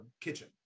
kitchen